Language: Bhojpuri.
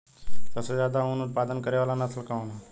सबसे ज्यादा उन उत्पादन करे वाला नस्ल कवन ह?